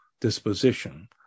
disposition